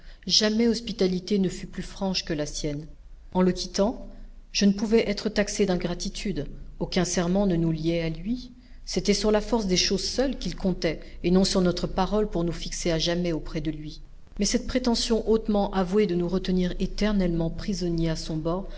jamais hospitalité ne fut plus franche que la sienne en le quittant je ne pouvais être taxé d'ingratitude aucun serment ne nous liait à lui c'était sur la force des choses seule qu'il comptait et non sur notre parole pour nous fixer à jamais auprès de lui mais cette prétention hautement avouée de nous retenir éternellement prisonniers à son bord